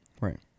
Right